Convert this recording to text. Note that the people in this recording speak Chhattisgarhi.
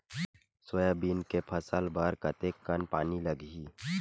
सोयाबीन के फसल बर कतेक कन पानी लगही?